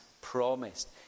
promised